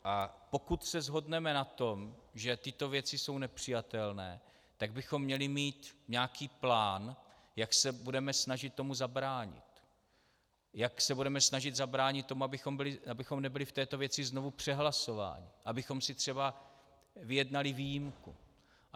A pokud se shodneme na tom, že tyto věci jsou nepřijatelné, tak bychom měli mít nějaký plán, jak se budeme snažit tomu zabránit, jak se budeme snažit zabránit tomu, abychom nebyli v této věci znovu přehlasováni, abychom si třeba vyjednali výjimku.